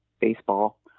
baseball